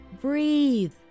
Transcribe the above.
breathe